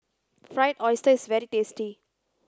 fried oyster is very tasty